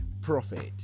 profit